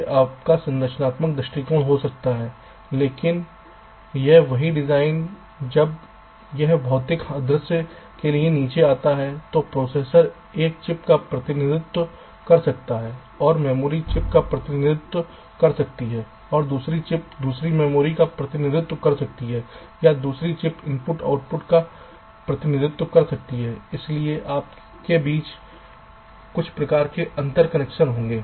यह आपका संरचनात्मक दृष्टिकोण हो सकता है लेकिन यह वही डिजाइन जब यह भौतिक दृश्य के लिए नीचे आता है तो प्रोसेसर एक चिप का प्रतिनिधित्व कर सकता ह और मेमोरी चिप का प्रतिनिधित्व कर सकती है और दूसरी चिप दूसरी मेमोरी का प्रतिनिधित्व कर सकती है या दूसरी चिप I O का प्रतिनिधित्व कर सकती है इसलिए आपके बीच कुछ प्रकार के अंतर कनेक्शन होंगे